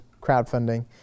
crowdfunding